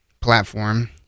platform